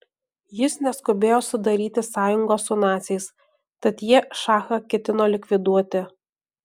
jis neskubėjo sudaryti sąjungos su naciais tad jie šachą ketino likviduoti